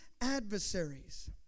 adversaries